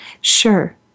Sure